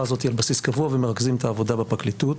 הזאת על בסיס קבוע ומרכזים את העבודה בפרקליטות.